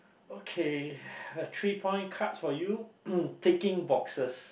okay uh three point cards for you ticking boxes